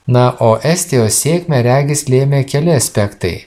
na o estijos sėkmę regis lėmė keli aspektai